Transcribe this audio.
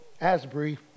Asbury